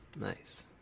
Nice